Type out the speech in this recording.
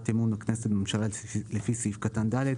אמון הכנסת בממשלה לפי סעיף קטן (ד),